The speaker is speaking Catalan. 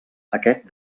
aquest